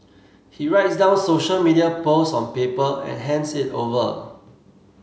he writes down social media posts on paper and hands it over